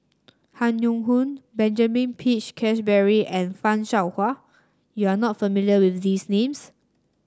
Han Yong Hong Benjamin Peach Keasberry and Fan Shao Hua you are not familiar with these names